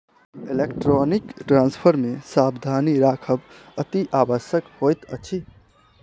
electronic transfer मे सावधानी राखब अतिआवश्यक होइत अछि